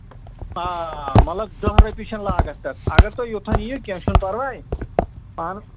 آ آ مطلب دٔہ رۄپیہِ چھےٚ لاگَتھ تَتھ اَگر تُہۍ یوٚتَن یِیِو کیٚنہہ چھُنہٕ پَرواے اَہن